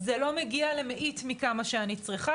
זה לא מגיע למאית מכמה שאני צריכה,